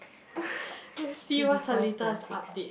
let's see what's her latest update